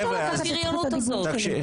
אי אפשר לקחת את זכות הדיבור שלי.